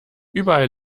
überall